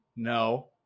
No